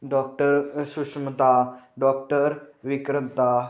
doctor Sushmita doctor Vikrata